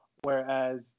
whereas